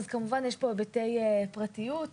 כמובן יש כאן היבטי פרטיות.